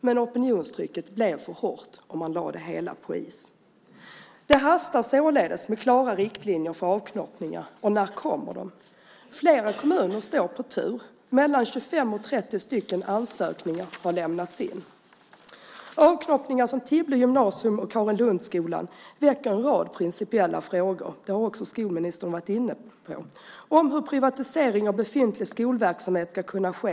Men opinionstrycket blev för hårt, så man lade det hela på is. Det hastar således med klara riktlinjer för avknoppningar. När kommer sådana riktlinjer? Flera kommuner står på tur. 25-30 ansökningar har lämnats in. Avknoppningar som de vid Tibble gymnasium och Karinlundsskolan väcker en rad principiella frågor, precis som skolministern varit inne på, om hur privatisering av befintlig skolverksamhet ska kunna ske.